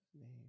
name